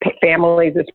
families